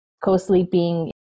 co-sleeping